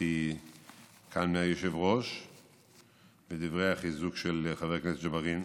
ששמעתי כאן מהיושב-ראש ואת דברי החיזוק של חבר הכנסת ג'בארין.